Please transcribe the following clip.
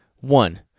One